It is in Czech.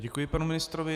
Děkuji panu ministrovi.